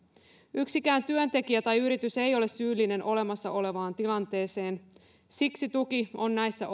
yksikään työntekijä tai yritys ei ole syyllinen olemassa olevaan tilanteeseen siksi tuki on näissä